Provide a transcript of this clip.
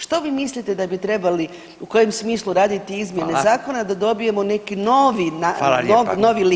Što mislite da bi trebali, u kojem smislu raditi izmjene zakona da dobijemo neki novi lik.